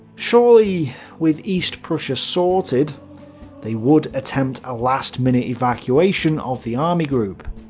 surely with east prussia sorted they would attempt a last minute evacuation of the army group?